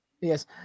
yes